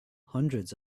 hundreds